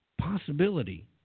Possibility